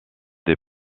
des